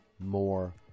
more